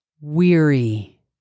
weary